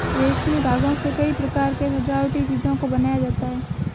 रेशमी धागों से कई प्रकार के सजावटी चीजों को बनाया जाता है